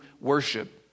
worship